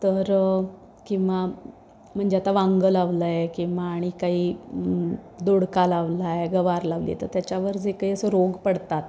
तर किंवा म्हणजे आता वांगं लावलं आहे किंवा आणि काही दोडका लावला आहे गवार लावली आहे तर त्याच्यावर जे काही असं रोग पडतात